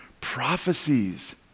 prophecies